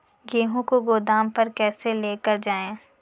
गेहूँ को गोदाम पर कैसे लेकर जाएँ?